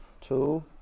Two